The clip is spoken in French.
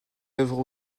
œuvre